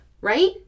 right